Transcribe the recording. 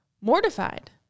mortified